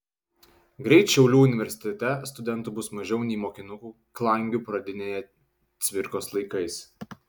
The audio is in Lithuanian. greit šiaulių universitete studentų bus mažiau nei mokinukų klangių pradinėje cvirkos laikais